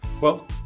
Well-